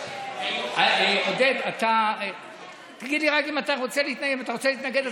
עודד, אתה רוצה להתנגד?